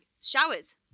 Showers